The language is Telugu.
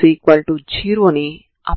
మీరు ఈ త్రిభుజం లోపల మాత్రమే గరిష్టంగా సమాచారాన్ని పొందుతారు